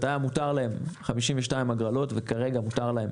היה מותר להם לקיים 52 הגרלות, וכרגע מותר להם